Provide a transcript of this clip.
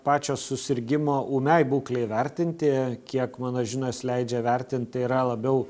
pačio susirgimo ūmiai būklei vertinti kiek mano žinios leidžia vertint tai yra labiau